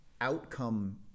outcome